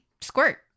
squirt